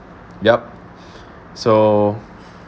yup so